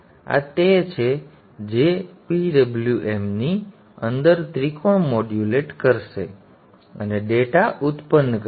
હવે આ તે છે જે PWMની અંદર ત્રિકોણને મોડ્યુલેટ કરશે અને ડેટા ઉત્પન્ન કરશે